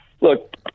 Look